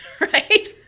right